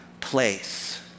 place